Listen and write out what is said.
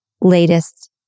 latest